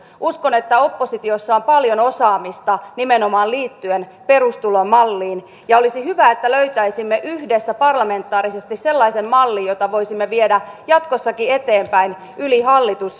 uskon että oppositiossa on paljon osaamista nimenomaan liittyen perustulomalliin ja olisi hyvä että löytäisimme yhdessä parlamentaarisesti sellaisen mallin jota voisimme viedä jatkossakin eteenpäin yli hallituskausien